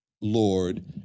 Lord